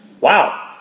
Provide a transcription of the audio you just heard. Wow